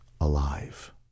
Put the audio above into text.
alive